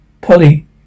Polly